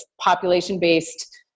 population-based